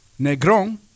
Negron